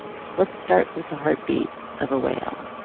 let's start with the heartbeat of a whale